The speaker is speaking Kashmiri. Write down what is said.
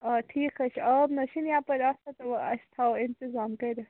آ ٹھیٖکھ حظ چھُ آب نہ حظ چھُ نہٕ یپٲرۍ آسان تہٕ آ أسۍ تھاوَو اِنتِظام کٔرِتھ